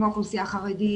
כמו האוכלוסייה החרדית,